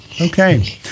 Okay